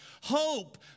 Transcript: Hope